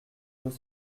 deux